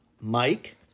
Mike